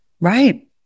Right